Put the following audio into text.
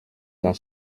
dans